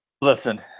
Listen